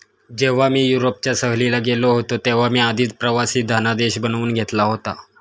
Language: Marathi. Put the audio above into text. जेव्हा मी युरोपच्या सहलीला गेलो होतो तेव्हा मी आधीच प्रवासी धनादेश बनवून घेतला होता